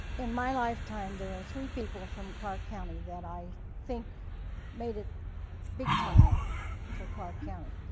in my lifetime there are three people from clark county that i think made it big time for clark county.